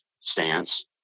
stance